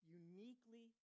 uniquely